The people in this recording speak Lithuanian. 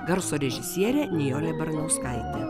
garso režisierė nijolė baranauskaitė